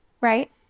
right